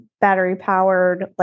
battery-powered